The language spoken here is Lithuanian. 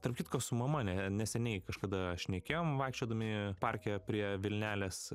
tarp kitko su mama ne neseniai kažkada šnekėjom vaikščiodami parke prie vilnelės